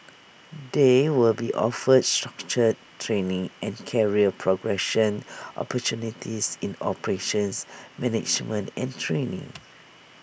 they will be offered structured training and career progression opportunities in operations management and training